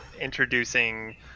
Introducing